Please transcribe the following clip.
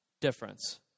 Difference